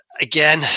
Again